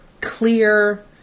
clear